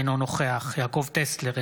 אינו נוכח יעקב טסלר,